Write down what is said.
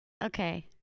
Okay